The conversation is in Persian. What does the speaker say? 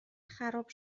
خراب